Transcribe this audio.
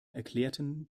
erklärten